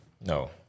No